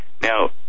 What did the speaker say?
Now